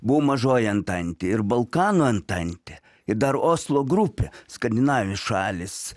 buvo mažoji antantė ir balkanų antantė ir dar oslo grupė skandinavijos šalys